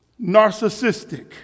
narcissistic